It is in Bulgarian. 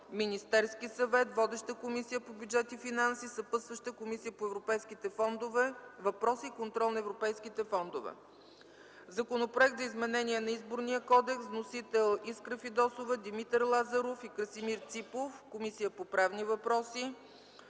Министерският съвет. Водеща е Комисията по бюджет и финанси. Съпътстваща е Комисията по европейските въпроси и контрол на европейските фондове. Законопроект за изменение на Изборния кодекс. Вносители –Искра Фидосова, Димитър Лазаров и Красимир Ципов. Водеща е Комисията по правни въпроси.